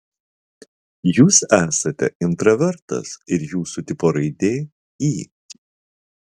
jūs esate intravertas ir jūsų tipo raidė i